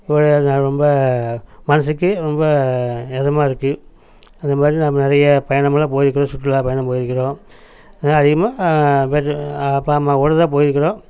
போகையில் நான் ரொம்ப மனசுக்கு ரொம்ப இதமா இருக்கும் அந்தமாதிரி நம்ம நிறைய பயணமெல்லாம் போயிருக்கிறோம் சுற்றுலா பயணம் போயிருக்கிறோம் ஆனால் அதிகமாக பெட்ரு அப்பா அம்மா கூட தான் போயிருக்கிறோம்